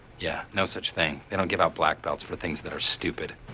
yeah, no such thing. they don't give out black belts for things that are stupid.